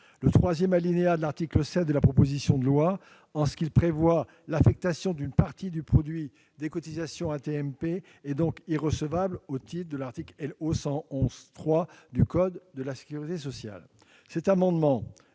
Le troisième alinéa de l'article 7 de la proposition de loi, en ce qu'il prévoit l'affectation d'une partie du produit des cotisations AT-MP, est donc irrecevable au titre de l'article L.O. 111-3 du code de la sécurité sociale.